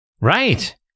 Right